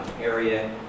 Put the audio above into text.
area